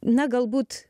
na galbūt